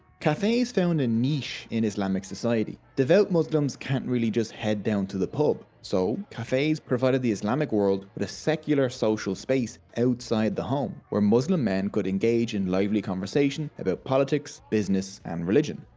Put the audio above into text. cafes found a niche in islamic society. devout muslims can't really head down to the pub. so cafes provided the islamic world with a secular social space outside the home. where muslim men could engage in lively conversation about politics, business, and religion.